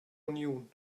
uniun